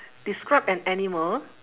describe an animal